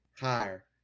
Higher